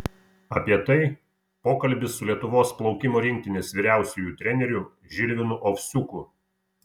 apie tai pokalbis su lietuvos plaukimo rinktinės vyriausiuoju treneriu žilvinu ovsiuku